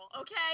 okay